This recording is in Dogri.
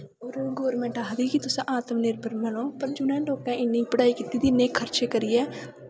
होर गौरमैंट आखदी कि तुस आत्मनिर्भर बनो पर जि'नें लोकें इन्नी पढ़ाई कीती दी इन्ने खर्चे करियै